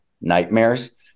nightmares